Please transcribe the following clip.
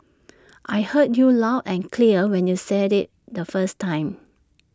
I heard you loud and clear when you said IT the first time